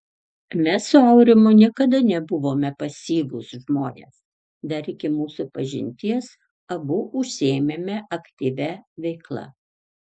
mes su aurimu niekada nebuvome pasyvūs žmonės dar iki mūsų pažinties abu užsiėmėme aktyvia veikla